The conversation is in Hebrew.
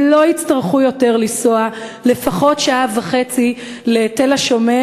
הם לא יצטרכו יותר לנסוע לפחות שעה וחצי לתל-השומר,